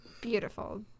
Beautiful